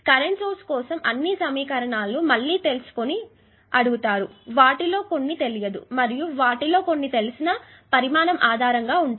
current source కోసం అన్ని సమీకరణాలు మళ్ళీ తెలుసుకోమని అడుగుతారు వాటిలో కొన్ని తెలియదు మరియు వాటిలో కొన్ని తెలిసిన పరిమాణం ఆధారంగా ఉంటాయి